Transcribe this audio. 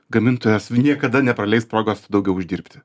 gamintojas niekada nepraleis progos daugiau uždirbti